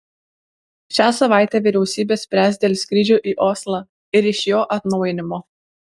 šią savaitę vyriausybė spręs dėl skrydžių į oslą ir iš jo atnaujinimo